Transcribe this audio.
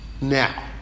Now